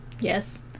Yes